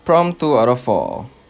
prompt two out of four